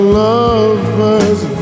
lover's